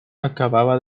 acababa